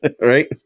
right